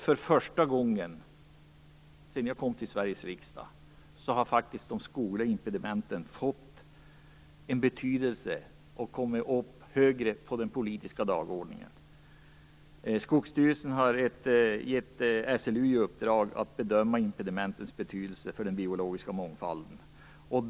För första gången sedan jag kom till Sveriges riksdag har nu de skogliga impedimenten fått en betydelse och kommit upp högre på den politiska dagordningen. Skogsstyrelsen har gett SLU i uppdrag att bedöma impedimentens betydelse för den biologiska mångfalden.